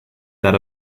that